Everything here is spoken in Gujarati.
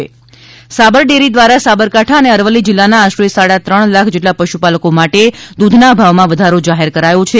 સાબર ડેરી સાબર ડેરી દ્વારા સાબરકાંઠા અને અરવલ્લી જીલ્લાના આશરે સાડા ત્રણ લાખ જેટલા પશુપાલકો માટે દૂધના ભાવમાં વધારો જાહેર કરાયો છે